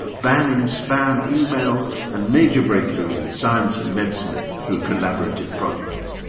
banning spam emails and major breakthroughs in science and medicine through collaborative projects.